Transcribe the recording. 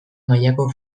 mailako